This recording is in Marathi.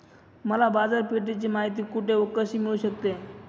मला बाजारपेठेची माहिती कुठे व कशी मिळू शकते?